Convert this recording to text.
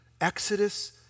Exodus